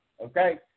okay